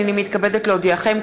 הנני מתכבדת להודיעכם,